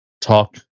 talk